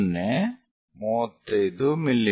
0 35 ಮಿ